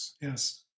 Yes